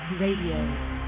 Radio